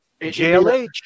JLH